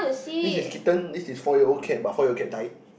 this is kitten this is four year old cat but four year old cat died